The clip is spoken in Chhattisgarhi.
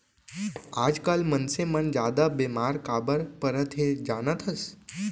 आजकाल मनसे मन जादा बेमार काबर परत हें जानत हस?